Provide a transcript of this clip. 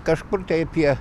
kažkur tai apie